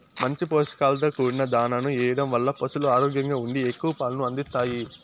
మంచి పోషకాలతో కూడిన దాణాను ఎయ్యడం వల్ల పసులు ఆరోగ్యంగా ఉండి ఎక్కువ పాలను అందిత్తాయి